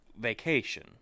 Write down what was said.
Vacation